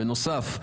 בנוסף,